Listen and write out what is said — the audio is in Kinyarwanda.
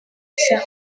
nshya